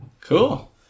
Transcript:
Cool